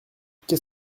qu’est